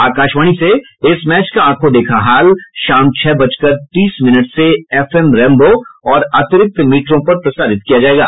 आकाशवाणी से इस मैच का आंखों देखा हाल शाम छह बजकर तीस मिनट से एफ एम रेनबो और अतिरिक्त मीटरों पर प्रसारित किया जाएगा